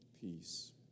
peace